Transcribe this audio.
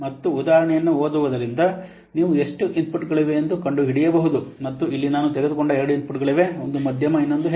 ಆ ಉದಾಹರಣೆಯನ್ನು ಓದುವುದರಿಂದ ನೀವು ಎಷ್ಟು ಇನ್ಪುಟ್ಗಳಿವೆ ಎಂದು ಕಂಡುಹಿಡಿಯಬಹುದು ಮತ್ತು ಇಲ್ಲಿ ನಾನು ತೆಗೆದುಕೊಂಡ ಎರಡು ಇನ್ಪುಟ್ಗಳಿವೆ ಒಂದು ಮಧ್ಯಮ ಇನ್ನೊಂದು ಹೆಚ್ಚು